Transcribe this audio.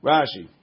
Rashi